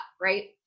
right